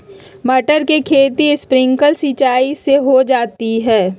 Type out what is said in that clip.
मटर के खेती स्प्रिंकलर सिंचाई से हो जाई का?